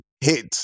hit